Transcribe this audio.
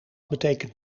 betekent